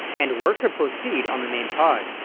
and work could proceed on the main pod.